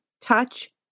touch